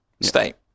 state